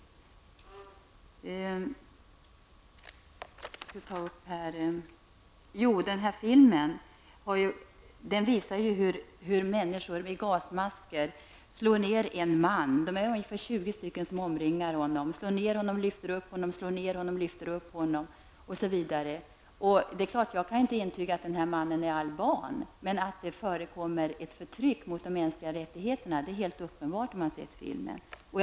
Filmen visar hur människor med gasmasker slår ner en man. Det är ungefär 20 stycken som omringar honom -- slår ner honom, lyfter upp honom, slår ner honom, lyfter upp honom. Jag kan inte intyga att mannen är alban. Men att det förekommer förtryck och brott mot de mänskliga rättigheterna är helt uppenbart för den som har sett filmen.